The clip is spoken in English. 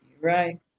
Right